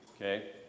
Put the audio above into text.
okay